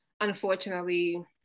unfortunately